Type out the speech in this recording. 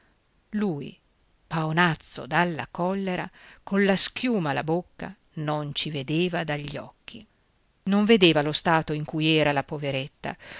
lui paonazzo dalla collera colla schiuma alla bocca non ci vedeva dagli occhi non vedeva lo stato in cui era la poveretta